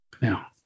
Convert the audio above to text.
Now